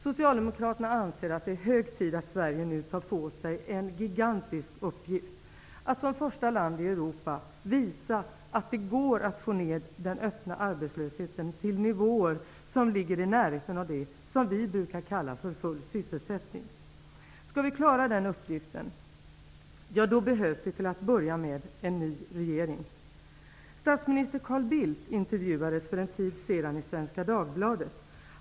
Socialdemokraterna anser att det är hög tid att Sverige nu tar på sig en gigantisk uppgift: att som första land i Europa visa att det går att få ned den öppna arbetslösheten till nivåer som ligger i närheten av det som vi brukar kalla full sysselsättning. Skall vi klara den uppgiften, då behövs det till att börja med en ny regering. Statsminister Carl Bildt intervjuades för en tid sedan i Svenska Dagbladet.